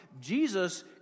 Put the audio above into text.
Jesus